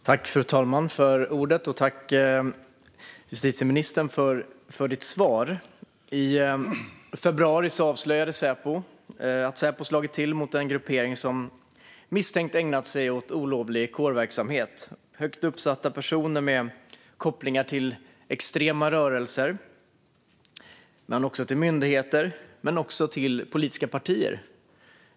Fru talman! Jag tackar justitieministern för svaret. I februari avslöjade Säpo att Säpo slagit till mot en gruppering som misstänks ha ägnat sig åt olovlig kårverksamhet. Det är fråga om högt uppsatta personer med kopplingar till extrema rörelser, men också till myndigheter och politiska partier.